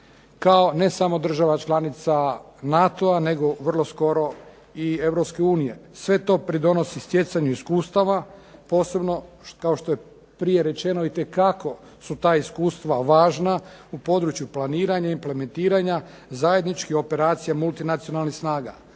kao ne samo država članica NATO-a, nego vrlo skoro i Europske unije. Sve to pridonosi stjecanju iskustava, posebno kao što je prije rečeno itekako su ta iskustva važna u području planiranja, implementiranja, zajedničkih operacija multinacionalnih snaga.